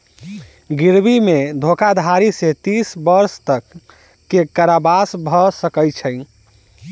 गिरवी मे धोखाधड़ी सॅ तीस वर्ष तक के कारावास भ सकै छै